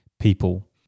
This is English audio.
people